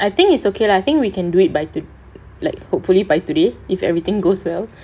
I think it's okay lah I think we can do it by to like hopefully by today if everything goes well